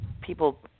people